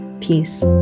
Peace